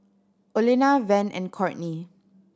Olena Van and Courtney